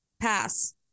Pass